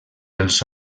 els